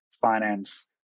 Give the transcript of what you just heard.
finance